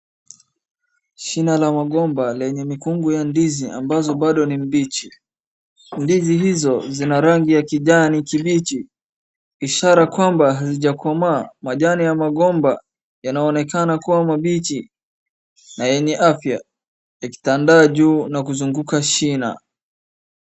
Shina la migomba yenye mikungu ya ndizi ambazo bado ni mbichi. Ndizi hizo zina rangi ya kijani kibichi ishara kwamba hazijakomaa. Majani ya magomba yanaonekana kuwa mabichi na yenye afya, yakitandaa juu na kuzunguka shina.